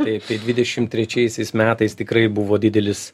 tai tai dvidešimt trečiaisiais metais tikrai buvo didelis